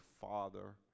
father